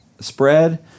spread